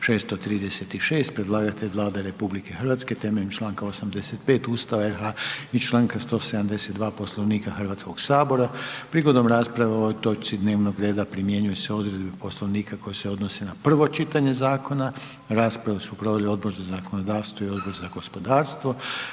636; Predlagatelj Vlada RH temeljem članka 85. Ustava RH i članka 172. Poslovnika Hrvatskoga sabora. Prigodom rasprave o ovoj točci dnevnog reda primjenjuju se odredbe Poslovnika koje se odnose na prvo čitanje zakona. Raspravu su proveli Odbor za zakonodavstvo i Odbor za gospodarstvo.